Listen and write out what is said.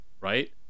right